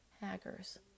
hackers